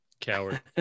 Coward